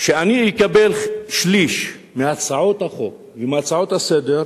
שאני אקבל שליש מהצעות החוק ומההצעות לסדר-היום,